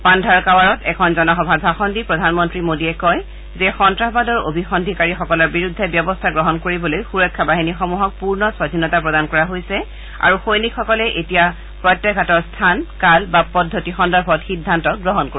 পান্ধাৰকাৱাৰাত এখন জনসভাত ভাষণ দি প্ৰধানমন্ত্ৰী মোডীয়ে কয় সন্তাসবাদৰ অভিসদ্ধিকাৰীসকলৰ বিৰুদ্ধে ব্যৱস্থা গ্ৰহণ কৰিবলৈ সুৰক্ষা বাহিনীসমূহক পূৰ্ণ স্বধীনতা প্ৰদান কৰা হৈছে আৰু সৈনিকসকলে এতিয়া প্ৰত্যাঘাটৰ স্থান কাল বা পদ্ধতি সন্দৰ্ভত সিদ্ধান্ত গ্ৰহণ কৰিব